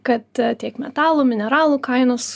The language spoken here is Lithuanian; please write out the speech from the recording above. kad tiek metalų mineralų kainos